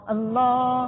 Allah